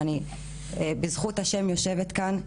ואני בזכות השם יושבת כאן,